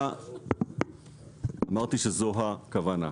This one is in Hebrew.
אמרתי שזו הכוונה,